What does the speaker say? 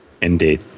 Indeed